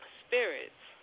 spirits